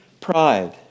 pride